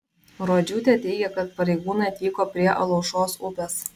rodžiūtė teigia kad pareigūnai atvyko prie alaušos upės